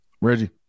Reggie